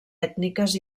ètniques